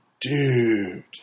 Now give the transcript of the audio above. Dude